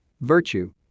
virtue